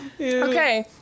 Okay